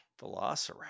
Velociraptor